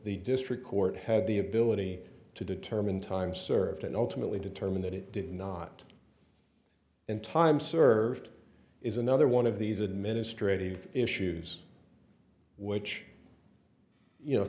the district court had the ability to determine time served and ultimately determine that it did not in time served is another one of these administrative issues which you know